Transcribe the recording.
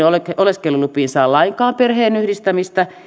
oleskelulupiin saa lainkaan perheenyhdistämistä